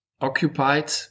occupied